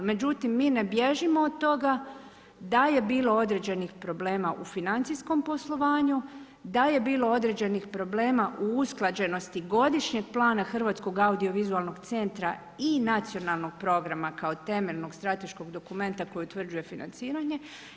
Međutim, mi ne bilježimo od toga, da je bilo određenih problema u financijskom poslovanju, da je bilo određenog problema u usklađenosti godišnjeg plana Hrvatskog audiovizualnog centra i nacionalnog programa, kao temeljnog strateškog dokumenta, koji utvrđuje financiranje.